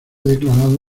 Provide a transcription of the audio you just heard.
declarado